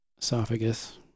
esophagus